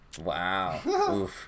Wow